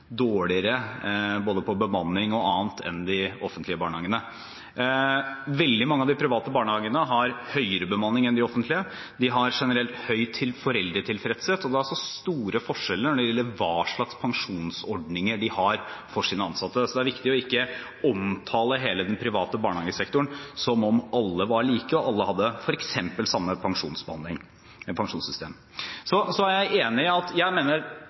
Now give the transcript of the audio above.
dårligere på både bemanning og annet enn de offentlige barnehagene. Veldig mange av de private barnehagene har høyere bemanning enn de offentlige. De har generelt høy foreldretilfredshet, og det er store forskjeller når det gjelder hva slags pensjonsordninger de har for sine ansatte. Så det er viktig ikke å omtale hele den private barnehagesektoren som om alle er like og har f.eks. det samme pensjonssystemet. Jeg og regjeringen mener fortsatt at likebehandling mellom offentlige og private barnehager er målet. Vi tok et steg i